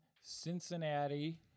Cincinnati